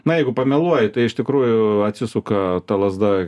na jeigu pameluoji tai iš tikrųjų atsisuka ta lazda